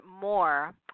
more